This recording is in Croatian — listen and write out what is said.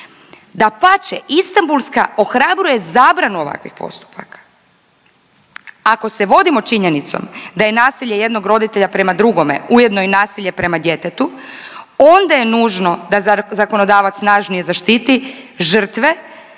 Dapače Istanbulska ohrabruje zabranu ovakvih postupaka, ako se vodimo činjenicom da je nasilje jednog roditelja prema drugome ujedno i nasilje prema djetetu onda je nužno da zakonodavac snažnije zaštiti žrtve